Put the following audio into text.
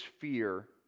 fear